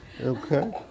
okay